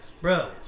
Bro